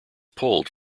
pulled